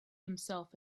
himself